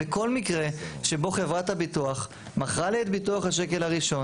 בכל מקרה שבו חברת הביטוח מכרה ביטוח השקל הראשון